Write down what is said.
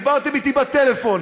דיברתם אתי בטלפון,